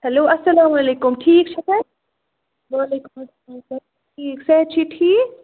hello اَسَلامُ علیکُم ٹھیٖک چھَکھے وعلیکُم اسلام ٹھیٖک صحت چھُے ٹھیٖک